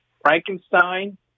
Frankenstein